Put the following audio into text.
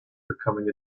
becoming